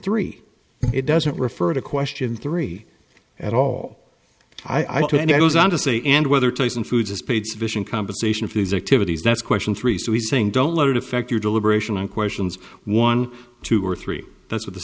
three it doesn't refer to question three at all i do and i was on to say and whether tyson foods is paid sufficient compensation for these activities that's question three so he's saying don't let it affect your deliberation on questions one two or three that's with the